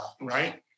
right